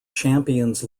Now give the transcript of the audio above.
champions